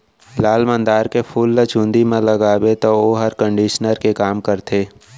लाल मंदार के फूल ल चूंदी म लगाबे तौ वोहर कंडीसनर के काम करथे